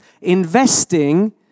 investing